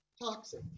toxic